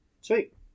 Sweet